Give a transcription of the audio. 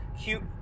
cute